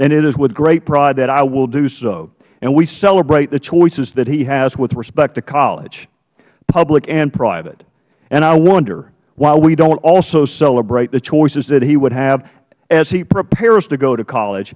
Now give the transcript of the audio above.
and it is with great pride that i will do so we celebrate the choices that he has with respect to college public and private and i wonder why we don't also celebrate the choices that he would have as he prepares to go to college